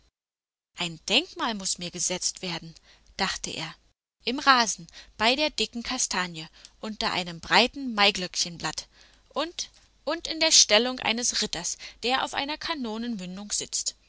ein denkmal muß mir gesetzt werden dachte er im rasen bei der dicken kastanie unter einem breiten maiglöckchenblatt und in der stellung eines ritters der auf einer kanonenmündung sitzt